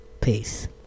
Peace